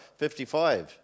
55